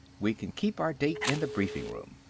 we can keep our date in the briefing room.